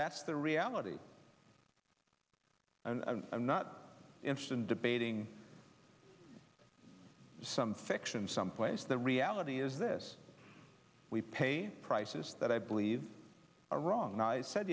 that's the reality and i'm not interested in debating some fiction someplace the reality is this we pay prices that i believe are wrong and i said